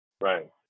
Right